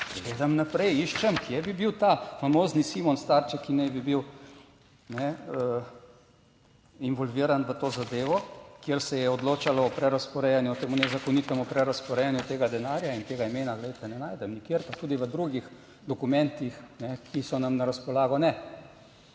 Gledam naprej, iščem, kje bi bil ta famozni Simon Starček(?), ki naj bi bil involviran v to zadevo, kjer se je odločalo o prerazporejanju, o temu nezakonitemu prerazporejanju tega denarja in tega imena. Glejte, ne najdem nikjer, pa tudi v drugih dokumentih, ki so nam na razpolago ne.